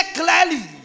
clearly